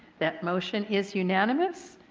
that motion is you know um is